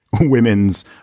women's